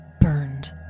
Burned